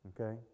okay